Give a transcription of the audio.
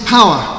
Power